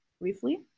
briefly